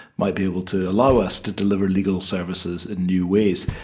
might be able to allow us to deliver legal services in new ways.